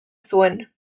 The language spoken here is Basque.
zuen